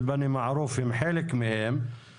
של אנשים שלא משלמים חשמל ולהפוך את המצב הזה לחוקי